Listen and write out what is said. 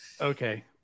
Okay